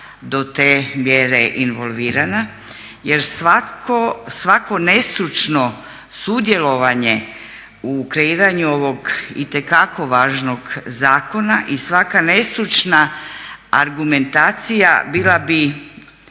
do te mjere involvirana jer svako nestručno sudjelovanje u kreiranju ovog itekako važnog zakona i svaka nestručna argumentacija bila bi